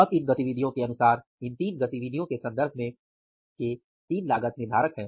अब इन 3 गतिविधियों के अनुसार इन 3 गतिविधियों के संबंध में 3 लागत निर्धारक हैं